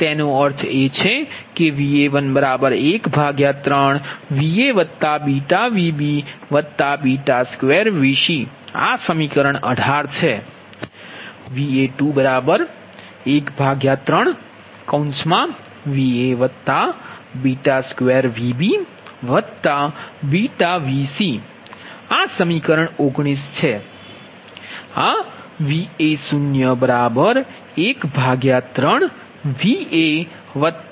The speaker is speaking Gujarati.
તેથી આ સમીકરણ 14 છે VsA 1 Vp અને તેનો અર્થ છે કે Va113VaβVb2Vc આ સમીકરણ 18 છે Va213Va2VbβVcઆ સમીકરણ 19 છે